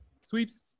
Sweeps